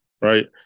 Right